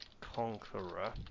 Conqueror